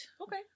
Okay